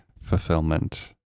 fulfillment